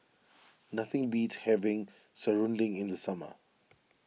nothing beats having Serunding in the summer